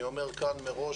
אני אומר כאן מראש,